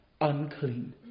unclean